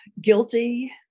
guilty